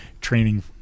training